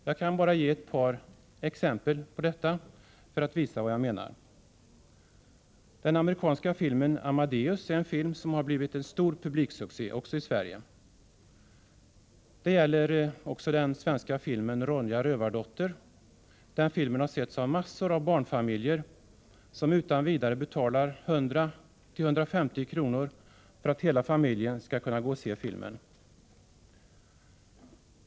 Jag kan ge två aktuella exempel för att visa vad jag menar: den amerikanska filmen Amadeus, som har blivit en stor publiksuccé också i Sverige, liksom den svenska filmen Ronja Rövardotter. Den filmen har setts av massor av barnfamiljer, som utan vidare betalar 100-150 kr. för att hela familjen skall kunna gå och se filmen.